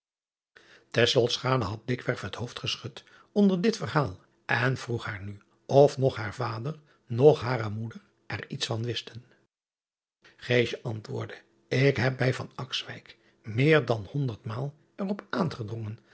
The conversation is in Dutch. had dikwerf het hoofd geschud onder dit verhaal en vroeg haar nu of noch haar vader noch hare moeder er iets van wisten antwoordde k heb bij meer dan honderdmaal er op aangedrongen